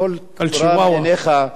טול קורה מבין עיניך, על צ'יוואווה.